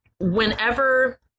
whenever